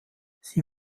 sie